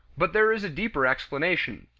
but there is a deeper explanation.